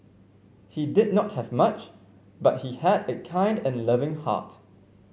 he did not have much but he had a kind and loving heart